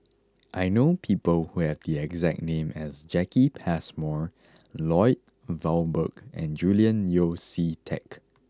I know people who have the exact name as Jacki Passmore Lloyd Valberg and Julian Yeo See Teck